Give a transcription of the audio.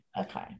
Okay